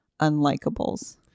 unlikables